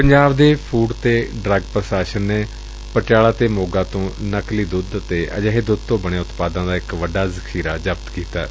ਪੰਜਾਬ ਦੇ ਫੁਡ ਅਤੇ ਡਰੱਗ ਪ੍ਰਸ਼ਾਸਨ ਨੇ ਪਟਿਆਲਾ ਤੇ ਮੋਗਾ ਤੋ ਨਕਲੀ ਦੂੱਧ ਤੇ ਅਜਿਹੇ ਦੂੱਧ ਤੋ ਬਣੇ ਉਤਪਾਦਾਂ ਦਾ ਬਹੁਤ ਵੱਡਾ ਜ਼ਖੀਰਾ ਜ਼ਬਤ ਕੀਤਾ ਏ